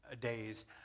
days